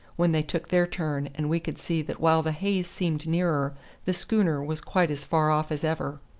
when they took their turn, and we could see that while the haze seemed nearer the schooner was quite as far-off as ever.